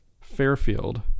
fairfield